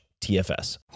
TFS